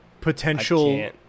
potential